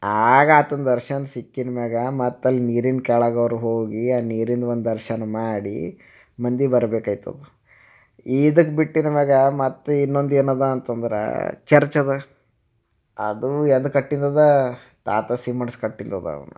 ಆಗ ಆತನ ದರ್ಶನ ಸಿಕ್ಕಿದ ಮ್ಯಾಲೆ ಮತ್ತೆ ಅಲ್ಲಿ ನೀರಿನ ಕೆಳಗೆ ಅವ್ರು ಹೋಗಿ ಆ ನೀರಿನದ್ದು ಒಂದು ದರ್ಶನ ಮಾಡಿ ಮಂದಿ ಬರಬೇಕಾಗ್ತದೆ ಇದಕ್ಕೆ ಬಿಟ್ಟಿರುವಾಗ ಮತ್ತೆ ಇನ್ನೊಂದು ಏನಿದೆ ಅಂತಂದ್ರೆ ಚರ್ಚ್ ಇದೆ ಅದು ಎಂದು ಕಟ್ಟಿದ್ದಿದೆ ತಾತಾ ಸೀಮಂಡ್ಸ್ ಕಟ್ಟಿದ್ದಿದೆ